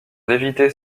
d’éviter